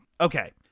Okay